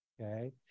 okay